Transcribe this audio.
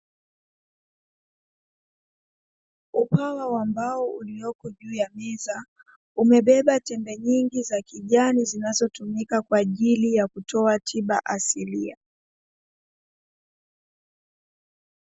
Upawa wambao uliopo juu ya meza umebeba chembe nyingi za kijani zinazotumika kwa ajili ya kutoa tiba asili.